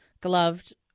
gloved